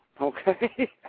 okay